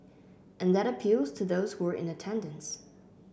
and that appeals to those who were in attendance